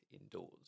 indoors